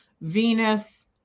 Venus